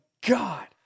God